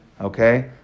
Okay